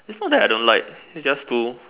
its not that I don't like its just too